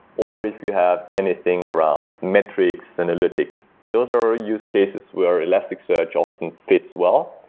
or if you have anything around metrics, analytics. those are use cases where elasticsearch often fits well.